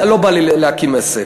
לא בא לי להקים עסק.